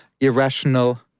irrational